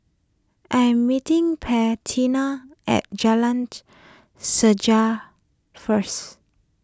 I am meeting Bettina at Jalan Sejarah first